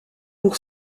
pour